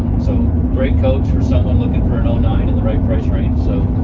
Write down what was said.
so great coach for someone looking for an ah nine in the right price range, so,